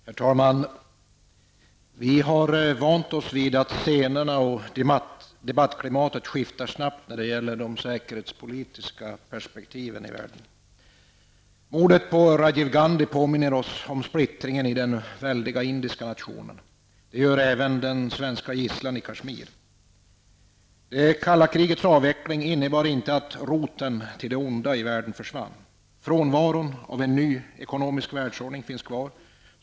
Herr talman! Vi har vant oss vid att scenerna och debattklimatet skiftar snabbt när det gäller de säkerhetspolitiska perspektiven i världen. Mordet på Rajiv Gandhi påminner oss om splittringen i den väldiga indiska nationen. Det gör även den svenska gisslan i Kashmir. Det kalla krigets avveckling innebar inte att roten till det onda i världen försvann. Frånvaron av en ny ekonomisk världsordning består.